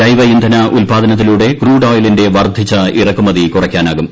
ജൈവ ഇന്ധന ഉല്പാദനത്തിലൂടെ ക്രൂഡ് ഓയിലിന്റെ വർദ്ധിച്ച ഇറക്കുമതി കുറയ്ക്കാനാകും